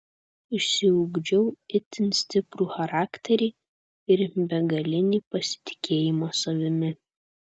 išsiugdžiau itin stiprų charakterį ir begalinį pasitikėjimą savimi